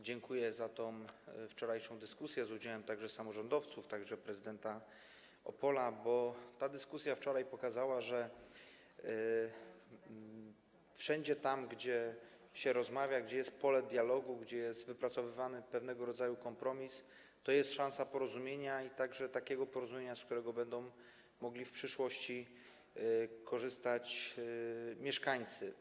Dziękuję za tę wczorajszą dyskusję, z udziałem także samorządowców, także prezydenta Opola, bo ta dyskusja wczoraj pokazała, że wszędzie tam, gdzie się rozmawia, gdzie jest pole dialogu, gdzie jest wypracowywany pewnego rodzaju kompromis, tam jest szansa porozumienia, również takiego porozumienia, z którego będą mogli w przyszłości korzystać mieszkańcy.